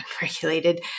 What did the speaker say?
unregulated